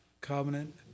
Covenant